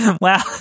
wow